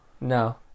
No